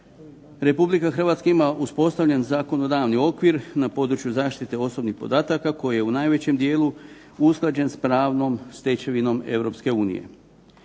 Republika Hrvatska ima uspostavljen zakonodavni okvir na području zaštite osobnih podataka koji je u najvećem dijelu usklađen s pravnom stečevinom